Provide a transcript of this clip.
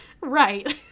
right